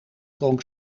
dronk